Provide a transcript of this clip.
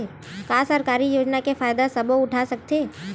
का सरकारी योजना के फ़ायदा सबो उठा सकथे?